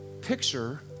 picture